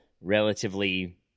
relatively